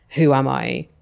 who am i?